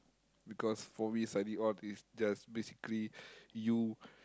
because for me study all these just basically you